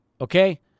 okay